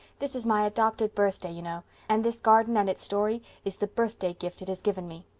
this is my adopted birthday, you know, and this garden and its story is the birthday gift it has given me.